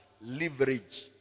leverage